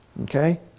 Okay